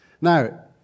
now